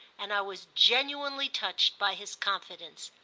and i was genuinely touched by his confidence.